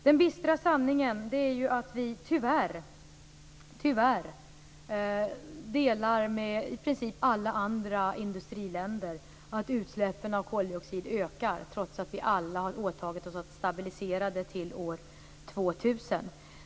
Den bistra sanningen är att vi tillsammans med i princip alla andra industriländer delar erfarenheten att utsläppen av koldioxid ökar, trots att vi alla har åtagit oss att stabilisera utsläppen till år 2000.